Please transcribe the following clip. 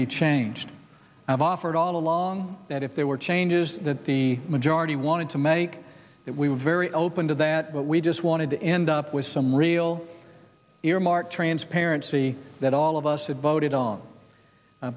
be changed i've offered all along that if there were changes that the majority wanted to make that we were very open to that but we just wanted to end up with some real earmark transparency that all of us had voted on